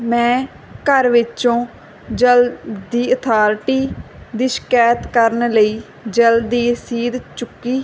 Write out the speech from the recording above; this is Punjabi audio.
ਮੈਂ ਘਰ ਵਿੱਚੋਂ ਜਲ ਦੀ ਅਥਾਰਟੀ ਦੀ ਸ਼ਿਕਾਇਤ ਕਰਨ ਲਈ ਜਲਦੀ ਰਸੀਦ ਚੁੱਕੀ